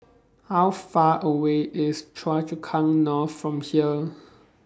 How Far away IS Choa Chu Kang North from here